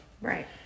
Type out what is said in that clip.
Right